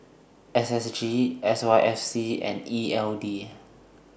S S G S Y F C and E L D